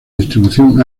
distribución